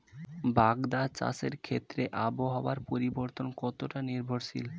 বাগদা চাষের ক্ষেত্রে আবহাওয়ার পরিবর্তন কতটা নির্ভরশীল?